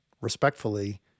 respectfully